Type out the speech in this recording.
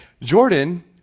Jordan